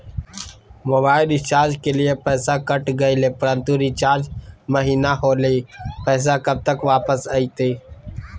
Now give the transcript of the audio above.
Mobile recharge के लिए पैसा कट गेलैय परंतु रिचार्ज महिना होलैय, पैसा कब तक वापस आयते?